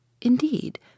Indeed